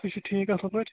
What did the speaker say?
تُہۍ چھو ٹھیٖک اصل پٲٹھۍ